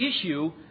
issue